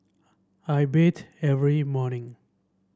I bathe every morning